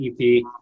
EP